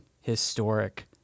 Historic